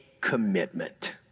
commitment